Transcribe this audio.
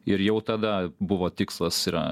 ir jau tada buvo tikslas yra